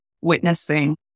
witnessing